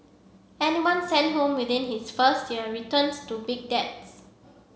anyone sent home within his first year returns to big debts